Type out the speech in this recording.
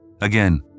Again